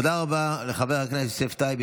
תודה רבה לחבר הכנסת יוסף טייב,